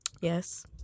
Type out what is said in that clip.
Yes